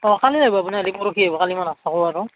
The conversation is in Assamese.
অঁ কালি নাহিব আপুনি আহিলে পৰহি আইব কালি মই নাথাকো আৰু